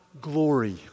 glory